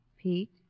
Pete